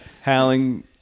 Howling